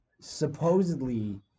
supposedly